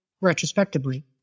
retrospectively